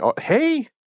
Hey